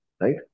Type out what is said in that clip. right